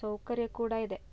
ಸೌಕರ್ಯ ಕೂಡ ಇದೆ